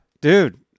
dude